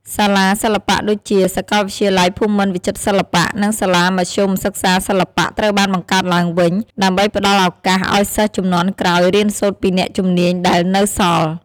សាលាសិល្បៈដូចជា សាកលវិទ្យាល័យភូមិន្ទវិចិត្រសិល្បៈ និងសាលាមធ្យមសិក្សាសិល្បៈ ត្រូវបានបង្កើតឡើងវិញ ដើម្បីផ្តល់ឱកាសឱ្យសិស្សជំនាន់ក្រោយរៀនសូត្រពីអ្នកជំនាញដែលនៅសល់។